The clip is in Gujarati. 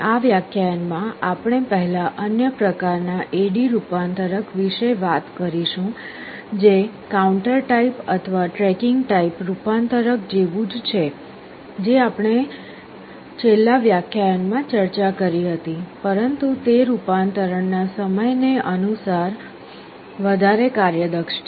આ વ્યાખ્યાનમાં આપણે પહેલાં અન્ય પ્રકાર ના AD રૂપાંતરક વિશે વાત કરીશું જે કાઉન્ટર ટાઇપ અથવા ટ્રેકિંગ ટાઇપ રૂપાંતરક જેવું જ છે જે આપણે છેલ્લા વ્યાખ્યાનમાં ચર્ચા કરી હતી પરંતુ તે રૂપાંતરણ ના સમય ને અનુસાર વધારે કાર્યદક્ષ છે